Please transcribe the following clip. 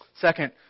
Second